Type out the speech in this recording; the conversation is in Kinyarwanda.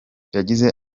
yagize